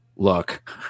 Look